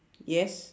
yes